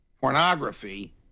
pornography